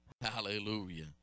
hallelujah